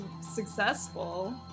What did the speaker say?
successful